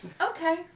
Okay